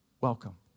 welcome